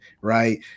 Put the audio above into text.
Right